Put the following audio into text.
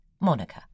Monica